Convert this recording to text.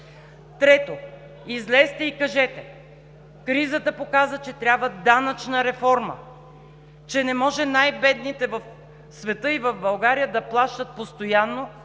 Трето, излезте и кажете: кризата показа, че трябва данъчна реформа, че не може най-бедните в света и в България да плащат постоянно